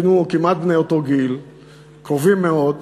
היינו בני אותו גיל כמעט, קרובים מאוד,